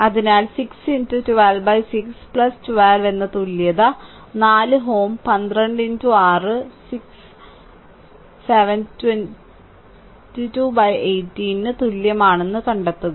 അതിനാൽ 6 126 12 എന്ന തുല്യത 4 Ω 12 6 r 7218 ന് തുല്യമാണെന്ന് കണ്ടെത്തുക